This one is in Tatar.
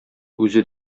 үзе